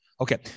Okay